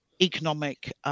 economic